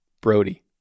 Brody